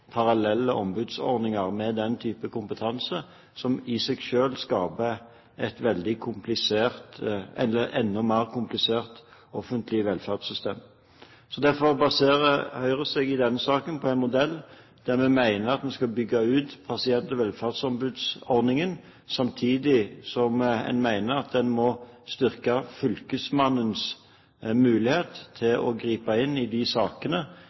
parallelle ombudsordninger med den type kompetanse som i seg selv skaper et enda mer komplisert offentlig velferdssystem. Derfor baserer Høyre seg i denne saken på en modell der vi mener at vi skal bygge ut pasient- og velferdsombudsordningen, samtidig som en mener at en må styrke fylkesmannens mulighet til å gripe inn i de sakene